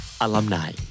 Alumni